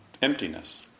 Emptiness